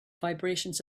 vibrations